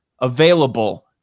available